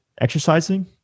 exercising